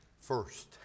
first